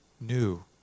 new